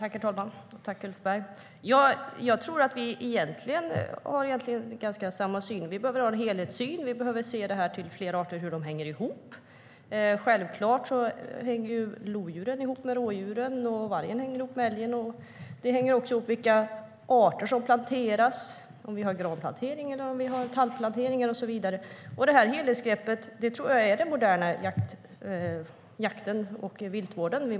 Herr talman! Tack, Ulf Berg! Helhetsgreppet är en del av den moderna jakten och viltvården.